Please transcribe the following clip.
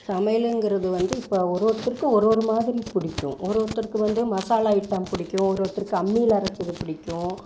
சமையலுங்கிறது வந்து இப்போ ஒருரொருத்தருக்கும் ஒருரொரு மாதிரி பிடிக்கும் ஒருரொருத்தருக்கு வந்து மசாலா ஐட்டம் பிடிக்கும் ஒருரொருத்தருக்கு அம்மியில் அரைத்தது பிடிக்கும்